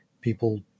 People